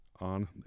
On